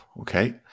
Okay